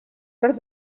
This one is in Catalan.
pel